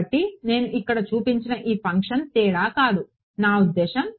కాబట్టి నేను ఇక్కడ చూపించిన ఈ ఫంక్షన్ తేడా కాదు నా ఉద్దేశ్యం